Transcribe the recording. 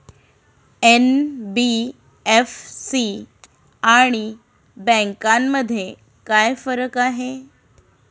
NBFC आणि बँकांमध्ये काय फरक आहे?